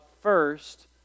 first